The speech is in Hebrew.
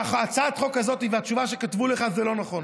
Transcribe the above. והצעת החוק הזאת, התשובה שכתבו לך, זה לא נכון,